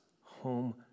home